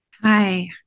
Hi